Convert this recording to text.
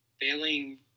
failing